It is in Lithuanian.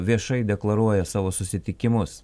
viešai deklaruoja savo susitikimus